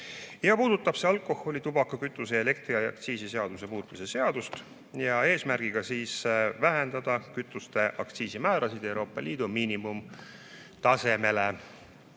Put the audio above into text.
See puudutab alkoholi-, tubaka-, kütuse- ja elektriaktsiisi seaduse muutmise seadust, eesmärgiga vähendada kütuste aktsiisimäärasid Euroopa Liidu miinimumtasemele.